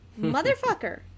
Motherfucker